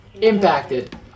impacted